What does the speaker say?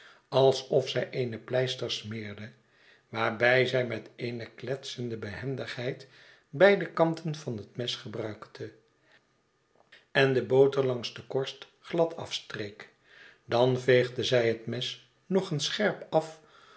alsof zij eene pleister smeerde waarbij zij met eene kletsende behendigheid beide kanten van het mes gebruikte en de boter langs de korst glad afstreek dan veegde zij het mes nog eens scherp af